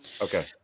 Okay